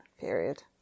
period